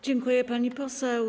Dziękuję, pani poseł.